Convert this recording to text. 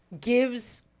gives